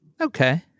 Okay